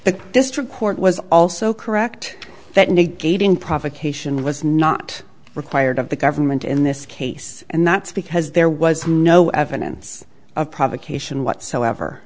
the district court was also correct that negating provocation was not required of the government in this case and that's because there was no evidence of provocation whatsoever